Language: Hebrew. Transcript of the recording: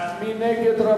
מי נגד?